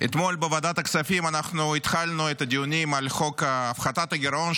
אתמול בוועדת הכספים אנחנו התחלנו את הדיונים על חוק הפחתת הגירעון,